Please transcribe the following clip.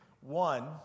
one